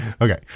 Okay